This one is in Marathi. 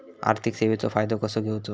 आर्थिक सेवाचो फायदो कसो घेवचो?